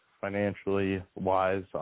financially-wise